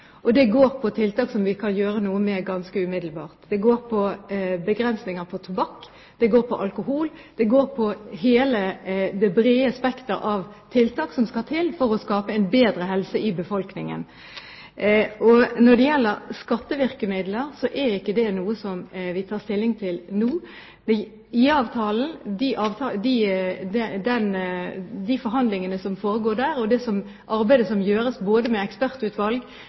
og i arbeidet med å begrense sykefraværet. Når det gjelder helseforebygging, er det mange andre tiltak jeg ville tatt fatt i først. Det går på tiltak som vi kan gjøre noe med ganske umiddelbart. Det går på begrensninger på tobakk, det går på alkohol, det går på hele det brede spekter av tiltak som skal til for å skape en bedre helse i befolkningen. Når det gjelder skattevirkemidler, er ikke det noe vi tar stilling til nå. Når det gjelder IA-avtalen, de forhandlingene som foregår, og det arbeidet som gjøres både